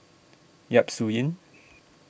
Yap Su Yin